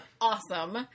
awesome